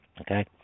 Okay